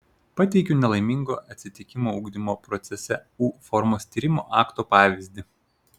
pateikiu nelaimingo atsitikimo ugdymo procese u formos tyrimo akto pavyzdį